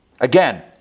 Again